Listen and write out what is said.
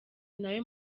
nayo